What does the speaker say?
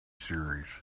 series